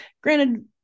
granted